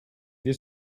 wir